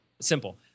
simple